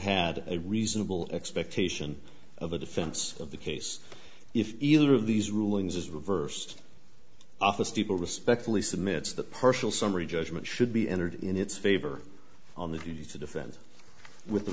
had a reasonable expectation of a defense of the case if either of these rulings is reversed office people respectfully submit that partial summary judgment should be entered in its favor on the need to defend with the